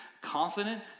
confident